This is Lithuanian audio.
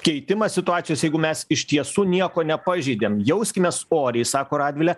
keitimą situacijos jeigu mes iš tiesų nieko nepažeidėm jauskimės oriai sako radvilė